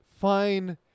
fine